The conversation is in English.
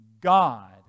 God